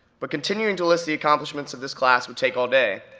but continuing to list the accomplishments of this class would take all day,